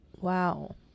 Wow